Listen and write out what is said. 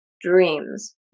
Dreams